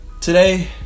Today